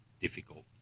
difficult